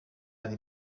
ari